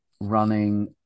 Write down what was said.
running